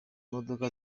modoka